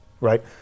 right